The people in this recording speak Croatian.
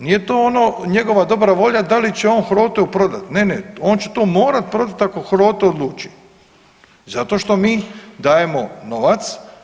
Nije to ono njegova dobra volja da li će on HROTE-u prodat, ne, ne, on će to morat prodat ako HROTE odluči, zato što mi dajemo novac